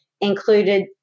included